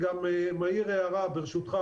ברשותך,